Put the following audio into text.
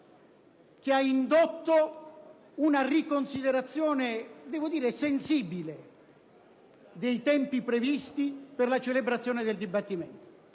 aver indotto una riconsiderazione sensibile dei tempi previsti per la celebrazione del dibattimento.